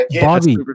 Bobby